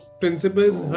principles